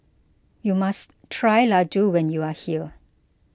you must try Laddu when you are here